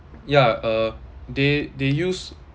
yeah uh they they use